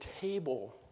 table